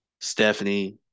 Stephanie